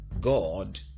God